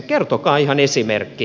kertokaa ihan esimerkki